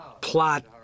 plot